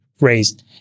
raised